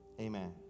amen